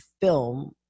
film